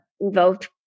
involved